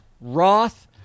Roth